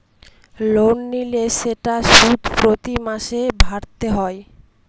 loan নিলে সেটার সুদ প্রতি মাসে ভরতে হয়